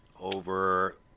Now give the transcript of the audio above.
over